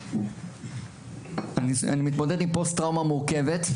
אני מתמודד עם פוסט טראומה מורכבת,